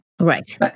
Right